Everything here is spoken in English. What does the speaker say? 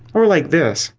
or like this.